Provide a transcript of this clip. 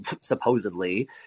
supposedly